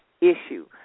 issue